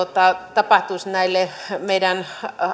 tapahtuisi näille meidän